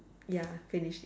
ya finish